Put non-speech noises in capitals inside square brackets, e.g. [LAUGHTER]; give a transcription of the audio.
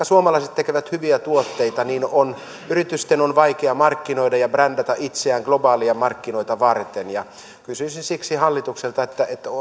[UNINTELLIGIBLE] suomalaiset tekevät hyviä tuotteita niin yritysten on vaikea markkinoida ja brändätä itseään globaaleja markkinoita varten kysyisin siksi hallitukselta